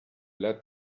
let